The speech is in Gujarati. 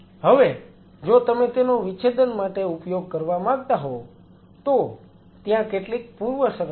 હવે જો તમે તેનો વિચ્છેદન માટે ઉપયોગ કરવા માંગતા હોવ તો ત્યાં કેટલીક પૂર્વશરત છે